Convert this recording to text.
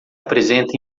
apresenta